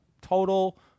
Total